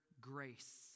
grace